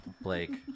Blake